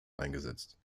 eingesetzt